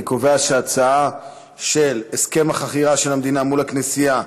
אני קובע כי ההצעה בנושא הסכם החכירה של המדינה מול הכנסייה,